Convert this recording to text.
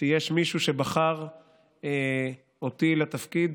שיש מישהו שבחר אותי לתפקיד